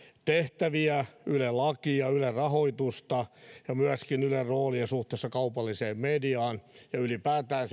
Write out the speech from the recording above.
tehtäviä yle lakia ylen rahoitusta ja myöskin ylen roolia suhteessa kaupalliseen mediaan ja ylipäätään